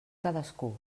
cadascú